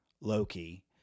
loki